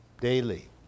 daily